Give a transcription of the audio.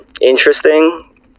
interesting